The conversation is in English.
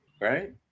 right